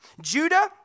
Judah